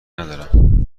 ندارم